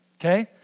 okay